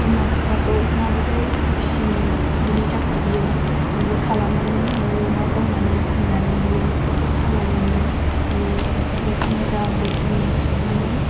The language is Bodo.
बिमा बिफाखौ माबोरै फिसिनो बेनि थाखाय बियो मैहुर खालामोमोन मै अमा गावनानै फाननानै बियो न'खरखौ सालायोमोन बियो सासे सेंग्रा बैसोनि सुबुंमोन